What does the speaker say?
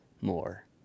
more